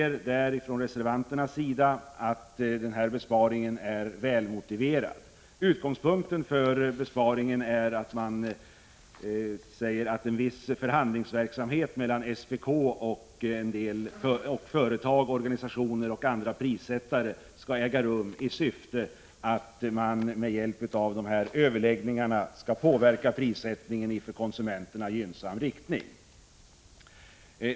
Reservanterna anser att denna besparing är väl motiverad. Som utgångspunkt för besparingen anger man att en viss förhandlingsverksamhet mellan SPK och företag, organisationer eller andra prissättare äger rum i syfte att med hjälp av dessa förhandlingar påverka prissättningen i för konsumenterna gynnsam riktning.